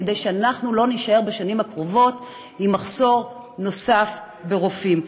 כדי שאנחנו לא נישאר בשנים הקרובות עם מחסור נוסף ברופאים.